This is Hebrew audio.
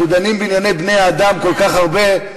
אנחנו דנים בענייני בני-האדם כל כך הרבה,